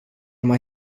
mai